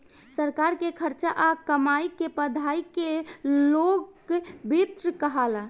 सरकार के खर्चा आ कमाई के पढ़ाई के लोक वित्त कहाला